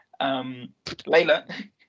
Layla